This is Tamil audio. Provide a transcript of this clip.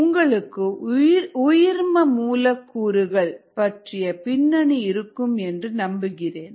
உங்களுக்கு உயிர்ம மூலக் கூறுகள் பற்றிய பின்னணி இருக்கும் என்று நம்புகிறேன்